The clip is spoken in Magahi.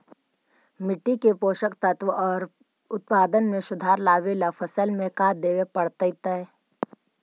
मिट्टी के पोषक तत्त्व और उत्पादन में सुधार लावे ला फसल में का देबे पड़तै तै?